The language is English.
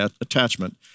attachment